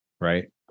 right